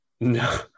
no